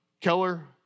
Keller